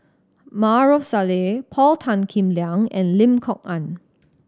Maarof Salleh Paul Tan Kim Liang and Lim Kok Ann